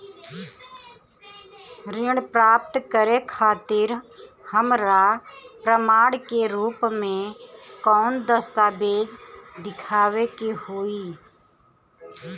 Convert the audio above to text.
ऋण प्राप्त करे खातिर हमरा प्रमाण के रूप में कौन दस्तावेज़ दिखावे के होई?